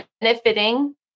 benefiting